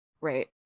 Right